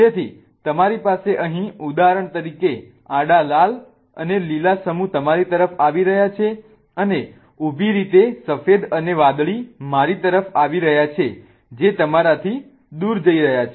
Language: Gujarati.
તેથી તમારી પાસે અહીં ઉદાહરણ તરીકે આડા લાલ અને લીલા સમૂહ તમારી તરફ આવી રહ્યા છે અને ઊભી રીતે સફેદ અને વાદળી મારી તરફ આવી રહ્યા છે જે તમારાથી દૂર જઈ રહ્યા છે